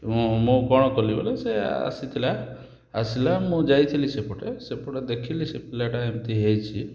ମୁଁ ମୋ କ'ଣ କଲି ବୋଲି ସେ ଆସିଥିଲା ଆସିଲା ମୁଁ ଯାଇଥିଲି ସେଇପଟେ ସେପଟେ ଦେଖିଲି ସେ ପିଲାଟା ଏମତି ହେଇଛି